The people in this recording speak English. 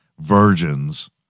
virgins